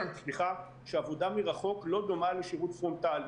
שעבודה מרחוק לא דומה לשירות פרונטלי.